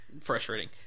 frustrating